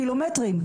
קילומטרים,